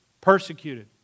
persecuted